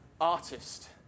artist